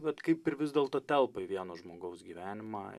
bet kaip ir vis dėlto telpa į vieno žmogaus gyvenimą